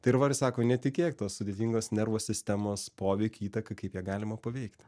tai ir va ir sako netikėk tos sudėtingos nervų sistemos poveikį įtaką kaip ją galima paveikt